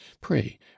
pray